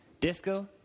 Disco